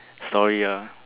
story ah